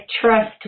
trust